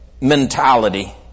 mentality